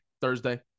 Thursday